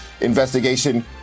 investigation